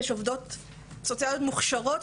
יש עובדות סוציאליות מוכשרות,